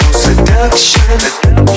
seduction